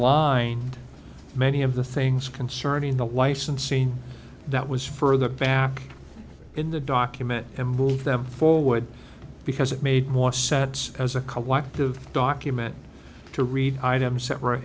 realigned many of the things concerning the licensing that was further back in the document and move them forward because it made more sense as a collective document to read items that were